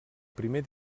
primer